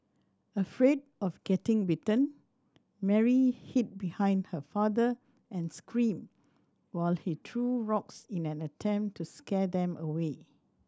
afraid of getting bitten Mary hid behind her father and screamed while he threw rocks in an attempt to scare them away